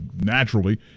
naturally